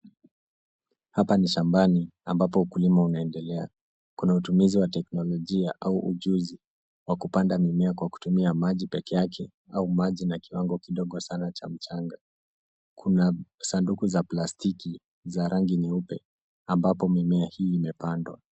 Hapa ni shambani ambapo ukulima unaendelea. Kuna utumizi wa teknolojia au ujuzi wa kupanda mimea kwa kutumia maji peke yake, au maji na kiwango kidogo sana cha mchanga. Kuna sanduku za plastiki za rangi nyeupe, ambapo mimea hii imepandwa.